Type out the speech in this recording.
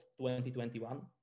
2021